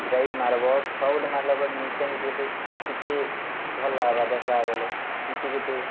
drive ମାରବୋ ଛଅ ଗୁଟେ ମାର୍ଲେ ବେଲେ ନିଜ କେ ନିଜେ ଗୁଟେ କେତେ ଭଲ ଲାଗ୍ବା ଦେଖ୍ଲା ବେଲେ କିଛି ଗୋଟେ